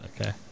Okay